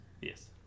Yes